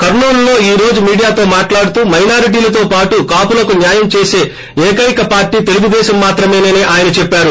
కర్పూలులో ఈ రోజు మీడియాతో మాట్లాడుతూ మైనారిటిలతో పాటు కాపులకు న్యాయం చేసే ఏకైక పార్టీ తెలుగుదేశం మాత్రమేనని ఆయన చెప్పారు